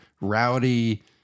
rowdy